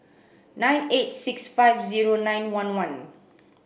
nine eight six five zero nine one one